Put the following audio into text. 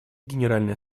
генеральной